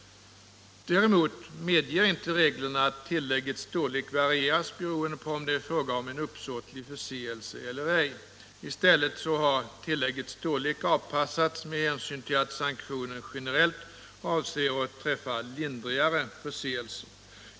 Däremot medger inte reglerna att tilläggets storlek varieras beroende på om det är fråga om en uppsåtlig förseelse eller ej. I stället har tilläggets storlek avpassats med hänsyn till att sanktionen generellt avser att träffa lindrigare förseelser.